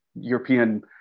European